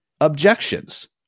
objections